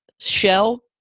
Shell